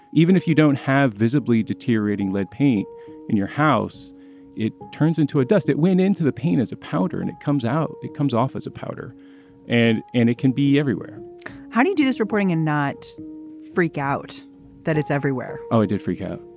even if you don't have visibly deteriorating lead paint in your house it turns into a dust that went into the paint as a powder and it comes out it comes off as a powder and and it can be everywhere how do you do this reporting and not freak out that it's everywhere. oh i did freak out.